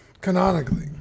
canonically